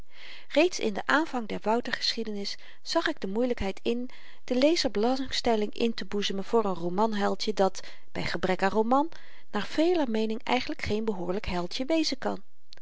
reeds in den aanvang der wouter geschiedenis zag ik de moeielykheid in den lezer belangstelling inteboezemen voor n romanheldje dat by gebrek aan roman naar veler meening eigenlyk geen behoorlyk heldje wezen kan